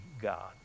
God